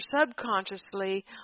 subconsciously